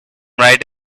right